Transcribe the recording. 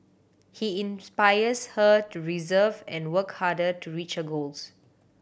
he inspires her to reserve and work harder to reach her goals